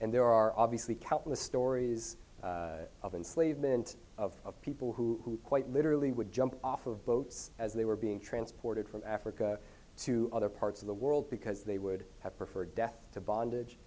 and there are obviously countless stories of enslavement of people who quite literally would jump off of boats as they were being transported from africa to other parts of the world because they would have preferred death to bondage